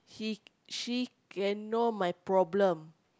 she she can know my problem